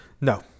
No